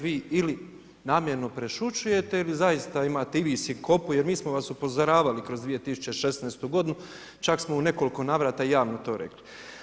Vi ili namjerno prešućujete ili zaista imate i vi sinkopu jer mi smo vas upozoravali kroz 2016. godinu, čak smo u nekoliko navrata javno to rekli.